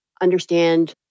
understand